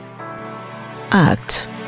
act